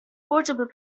portable